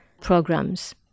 programs